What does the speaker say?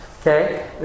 Okay